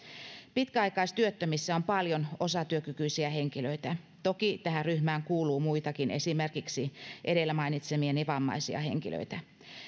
pitkäaikaistyöttömissä on paljon osatyökykyisiä henkilöitä toki tähän ryhmään kuuluu muitakin esimerkiksi edellä mainitsemiani vammaisia henkilöitä